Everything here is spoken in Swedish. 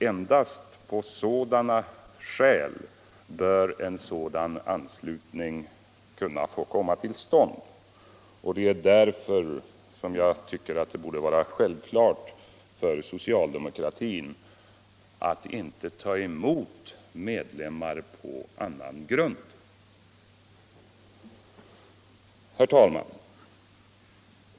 Endast så bör en sådan anslutning kunna komma till stånd. Det är därför som jag tycker att det borde vara självklart för socialdemokratin att inte ta emot medlemmar på annan grund. Herr talman!